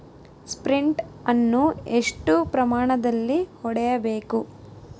Sprint ಅನ್ನು ಎಷ್ಟು ಪ್ರಮಾಣದಲ್ಲಿ ಹೊಡೆಯಬೇಕು?